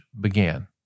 began